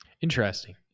Interesting